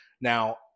Now